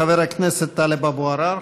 חבר הכנסת טלב אבו עראר.